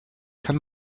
kann